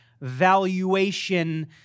Valuation